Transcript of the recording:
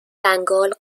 بنگال